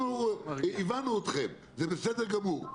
הבנו אתכם, זה בסדר גמור.